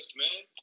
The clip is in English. man